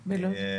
אוקיי.